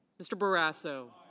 mr. barrasso.